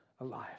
alive